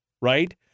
Right